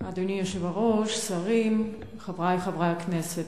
אדוני היושב-ראש, שרים, חברי חברי הכנסת,